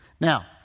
Now